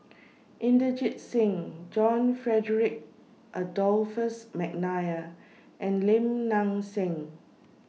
Inderjit Singh John Frederick Adolphus Mcnair and Lim Nang Seng